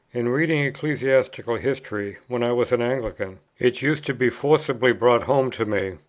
in reading ecclesiastical history, when i was an anglican, it used to be forcibly brought home to me,